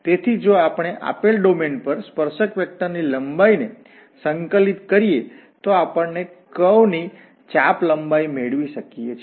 તેથી જો આપણે આપેલ ડોમેન પર સ્પર્શક વેક્ટર ની લંબાઈને સંકલિત કરીએ તો આપણે કર્વ વળાંકની ચાપ લંબાઈ મેળવી શકીએ